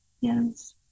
Yes